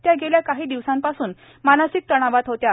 त्या गेल्या काही दिवसांपासून मानसिक ताणावात होत्या